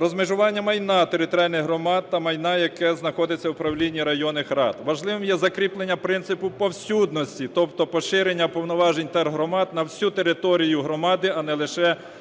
розмежування майна територіальних громад та майна, яке знаходиться в управлінні районних рад. Важливим є закріплення принципу повсюдності, тобто поширення повноважень тергромад на всю територію громади, а не лише населених